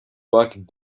packed